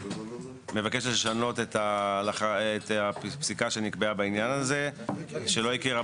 מבקשת לשנות את הפסיקה שנקבעה בעניין הזה ולא הכירה